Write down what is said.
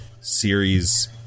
series